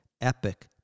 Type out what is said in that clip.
epic